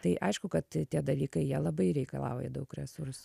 tai aišku kad tie dalykai jie labai reikalauja daug resursų